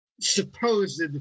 supposed